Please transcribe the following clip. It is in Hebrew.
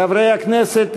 חברי הכנסת,